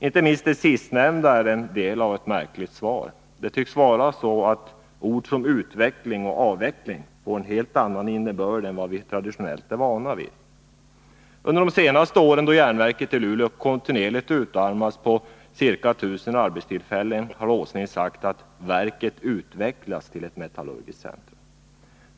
Inte minst det sistnämnda är ett märkligt svar. Ord som utveckling och avveckling tycks få en helt annan innebörd än vad vi traditionellt är vana vid. Under de senaste åren, då järnverket i Luleå kontinuerligt har utarmats på ca 1 000 arbetstillfällen, har industriminister Åsling sagt att verket utvecklas till ett metallurgiskt centrum.